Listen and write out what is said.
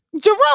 Jerome